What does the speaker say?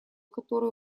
которых